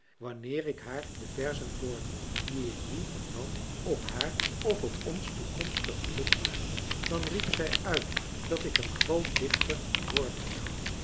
wanneer ik haar de verzen voordroeg die ik nu en dan op haar of op ons toekomstig geluk maakte dan riep zij uit dat ik een groot dichter worden zou